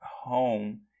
home